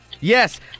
Yes